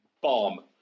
bomb